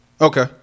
Okay